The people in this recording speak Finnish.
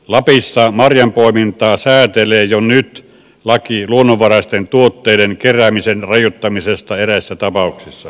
lapissa marjanpoimintaa säätelee jo nyt laki luonnonvaraisten tuotteiden keräämisen rajoittamisesta eräissä tapauksissa